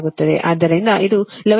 ಆದ್ದರಿಂದ ಇದು 11